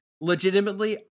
Legitimately